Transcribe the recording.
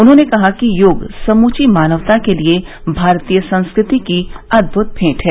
उन्होंने कहा कि योग समूची मानवता के लिए भारतीय संस्कृति की अदृभुत भेंट है